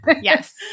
yes